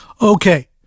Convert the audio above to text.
Okay